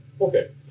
okay